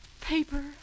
paper